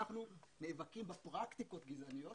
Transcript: אנחנו נאבקים בפרקטיקות הגזעניות